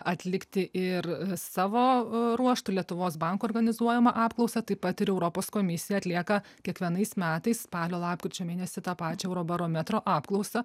atlikti ir savo ruožtu lietuvos banko organizuojamą apklausą taip pat ir europos komisija atlieka kiekvienais metais spalio lapkričio mėnesį tą pačią eurobarometro apklausą